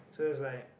so it's like